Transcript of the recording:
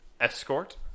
Escort